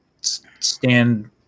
stand